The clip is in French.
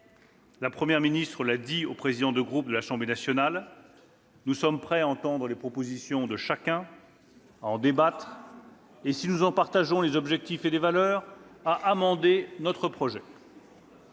Lesquelles ?« Je l'ai dit aux présidents de groupe de l'Assemblée nationale : nous sommes prêts à entendre les propositions venues de tout bord, à en débattre, et si nous en partageons les objectifs et les valeurs, à amender notre projet.